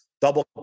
double